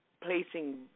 placing